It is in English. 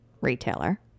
retailer